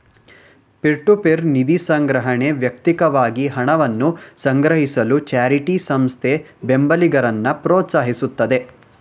peer to peer ನಿಧಿಸಂಗ್ರಹಣೆ ವ್ಯಕ್ತಿಕವಾಗಿ ಹಣವನ್ನ ಸಂಗ್ರಹಿಸಲು ಚಾರಿಟಿ ಸಂಸ್ಥೆ ಬೆಂಬಲಿಗರನ್ನ ಪ್ರೋತ್ಸಾಹಿಸುತ್ತೆ